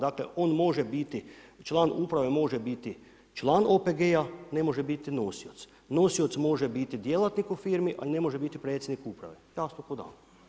Dakle on može biti član uprave može biti član OPG-a ne može biti nosioc, nosioc može biti djelatnik u firmi ali ne može biti predsjednik uprave, jasno ko dan.